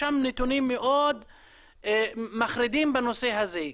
יש שם נתונים מאוד מחרידים בנושא הזה.